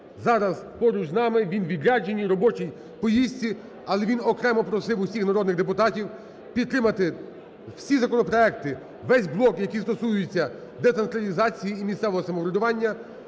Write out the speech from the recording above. зараз поруч з нами. Він у відрядженні, у робочій поїздці, але він окремо просив усіх народних депутатів підтримати всі законопроекти, весь блок, який стосується децентралізації і місцевого самоврядування.